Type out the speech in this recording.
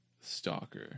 stalker